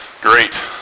Great